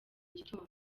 gitondo